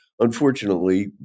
Unfortunately